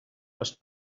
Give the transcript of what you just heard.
les